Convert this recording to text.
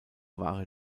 wahre